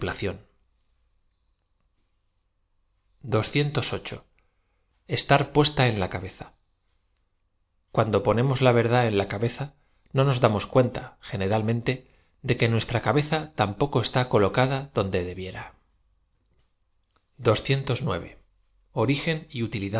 plación star puesta en la cabeza cuando ponemos la verdad en la cabeza no noa da mos cuenta generalmente de que nuestra cabeza tampoco está colocada donde debiera rigen